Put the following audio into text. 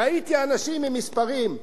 ראיתי אנשים עם מספרים.